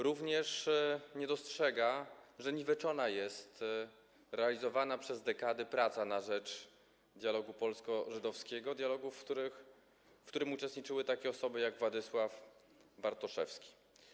Również nie dostrzega, że niweczona jest realizowana przez dekady praca na rzecz dialogu polsko-żydowskiego, dialogu, w którym uczestniczyły takie osoby jak Władysław Bartoszewski.